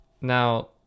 Now